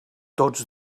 tots